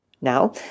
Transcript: Now